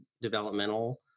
developmental